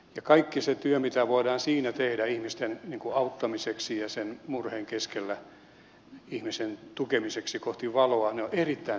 kaikki ne työt mitä voidaan siinä tehdä ihmisten auttamiseksi ja sen murheen keskellä ihmisten tukemiseksi kohti valoa ovat erittäin tärkeitä asioita